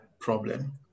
problem